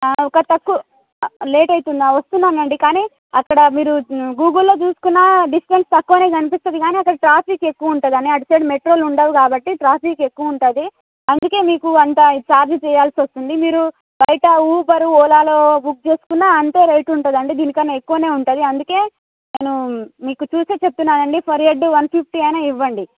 ఆ ఒకటి తక్కువ లేట్ అవుతుందా ఓకే వస్తున్నానండి కానీ అక్కడ మీరు గూగుల్లో చూస్కున్నా డిస్టెన్స్ తక్కువనే చూపిస్తది కానీ అక్కడ ట్రాఫిక్ ఎక్కువ ఉంటుందనే అటు సైడ్ మెట్రోలు ఉండవు కాబ్బటి ట్రాఫిక్ ఎక్కువ ఉంటుంది అందుకే మీకు అంతా ఛార్జ్ చేయాల్సి వస్తుంది మీరు బయట ఉబర్ ఓలాలో బుక్ చేస్కున్నా అంతే రేట్ ఉంటుందండి దీనికన్నా ఎక్కువనే ఉంటుంది అందుకే నేను మీకు చూసే చెప్తున్నానండి పర్ హెడ్ వన్ ఫిఫ్టీ అయినా ఇవ్వండి